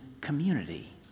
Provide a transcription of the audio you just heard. community